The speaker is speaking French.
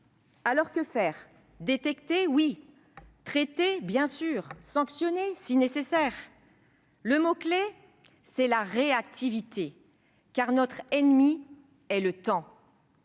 Alors que faire ? Détecter ? Oui. Traiter ? Bien sûr. Sanctionner ? Si nécessaire. Le mot clé est réactivité, car notre ennemi est le temps